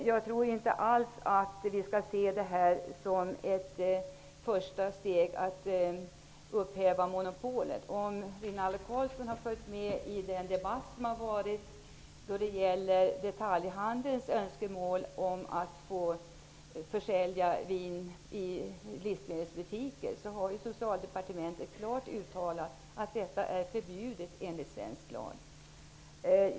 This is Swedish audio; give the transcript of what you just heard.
Jag tror inte alls att vi skall se det här som ett första steg mot att upphäva monopolet. Om Rinaldo Karlsson har följt med i den debatt som har förts om detaljhandelns önskemål om att få försälja vin i livsmedelsbutiker, vet han att Socialdepartementet klart har uttalat att detta är förbjudet enligt svensk lag.